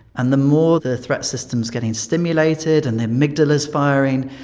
and the more the threat system is getting stimulated and the amygdala is firing,